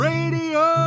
Radio